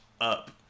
up